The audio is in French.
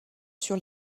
sur